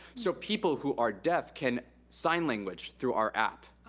so people who are deaf can sign language through our app.